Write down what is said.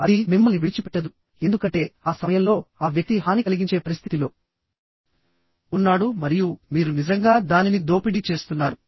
అది మిమ్మల్ని విడిచిపెట్టదు ఎందుకంటే ఆ సమయంలో ఆ వ్యక్తి హాని కలిగించే పరిస్థితిలో ఉన్నాడు మరియు మీరు నిజంగా దానిని దోపిడీ చేస్తున్నారు